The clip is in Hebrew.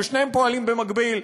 ושניהם פועלים במקביל,